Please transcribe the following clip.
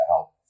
help